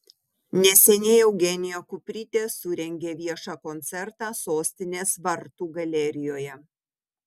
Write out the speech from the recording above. neseniai eugenija kuprytė surengė viešą koncertą sostinės vartų galerijoje